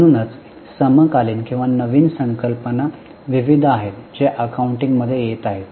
म्हणूनच समकालीन किंवा नवीन संकल्पना विविध आहेत जे अकाउंटिंग मध्ये येत आहेत